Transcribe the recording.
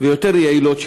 ויותר יעילות,